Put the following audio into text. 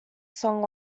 song